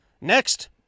next